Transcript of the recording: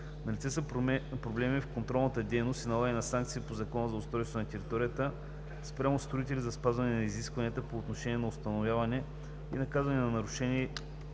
Налице са проблеми в контролната дейност и налагане на санкции по Закона за устройство на територията (ЗУТ) спрямо строители за спазване на изискванията по отношение на установяване и наказване на нарушение